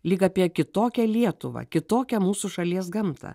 lyg apie kitokią lietuvą kitokią mūsų šalies gamtą